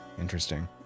Interesting